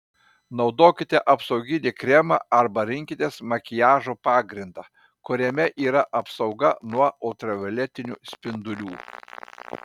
naudokite apsauginį kremą arba rinkitės makiažo pagrindą kuriame yra apsauga nuo ultravioletinių spindulių